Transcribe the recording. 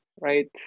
right